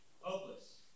Hopeless